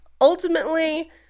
Ultimately